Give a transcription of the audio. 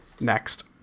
Next